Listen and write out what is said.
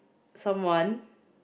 someone